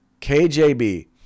KJB